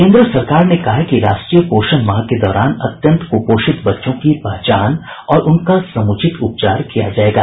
केन्द्र सरकार ने कहा है कि राष्ट्रीय पोषण माह के दौरान अत्यंत कुपोषित बच्चों की पहचान और उनका समुचित उपचार किया जाएगा